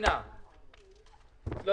הצבעה לא נתקבלה.